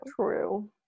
true